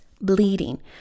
bleeding